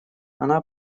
она